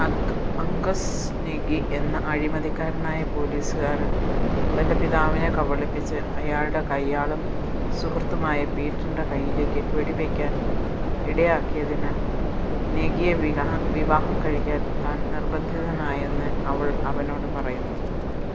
Angus Negi എന്ന അഴിമതിക്കാരനായ പോലീസുകാരന് തന്റെ പിതാവിനെ കബളിപ്പിച്ച് അയാളുടെ കയ്യാളും സുഹൃത്തുമായ പീറ്ററിന്റെ കൈയ്യിലേക്ക് വെടിവയ്ക്കാൻ ഇടയാക്കിയതിനാല് നേഗിയെ വിവാഹം കഴിക്കാൻ താൻ നിർബന്ധിതയാണെന്ന് അവൾ അവനോട് പറയുന്നു